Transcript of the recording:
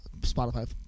Spotify